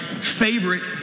favorite